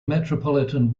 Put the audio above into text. metropolitan